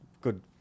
good